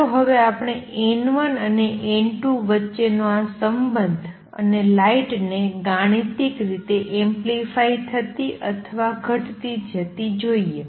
ચાલો હવે આપણે N1 અને N2 વચ્ચેનો આ સંબંધ અને લાઇટને ગાણિતિક રીતે એમ્પ્લિફાઇ થતી અથવા ઘટતી જતી જોઈએ